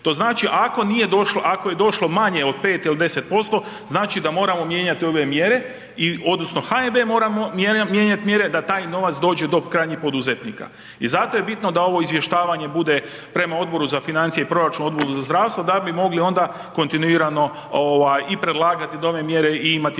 došlo, ako je došlo manje od 5 il 10% znači da moramo mijenjati ove mjere i odnosno HNB mora mijenjat mjere da taj novac dođe do krajnjih poduzetnika. I zato je bitno da ovo izvještavanje bude prema Odboru za financije i proračun, Odboru za zdravstvo da bi mogli onda kontinuirano ovaj i predlagati nove mjere i imati